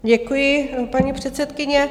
Děkuji, paní předsedkyně.